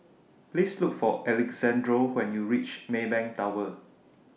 Please Look For Alexandro when YOU REACH Maybank Tower